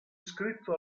scritto